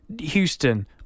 Houston